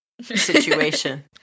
situation